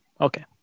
Okay